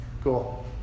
Cool